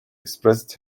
expresses